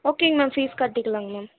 ஓகேங்க ma'am fees கட்டிக்கலாம்ங்க ma'am